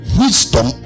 wisdom